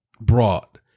brought